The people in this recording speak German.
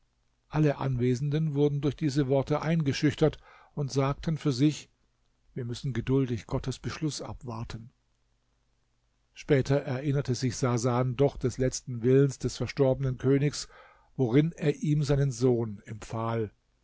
alle anwesenden wurden durch diese worte eingeschüchtert und sagten für sich wir müssen geduldig gottes beschluß abwarten später erinnerte sich sasan doch des letzten willens des verstorbenen königs worin er ihm seinen sohn empfahl